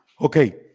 Okay